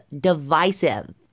divisive